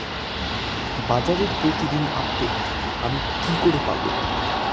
বাজারের প্রতিদিন আপডেট আমি কি করে পাবো?